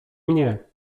mnie